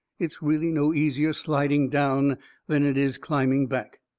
it's really no easier sliding down than it is climbing back.